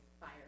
Fire